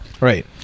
right